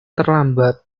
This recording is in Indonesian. terlambat